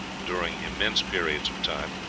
during immense periods of time,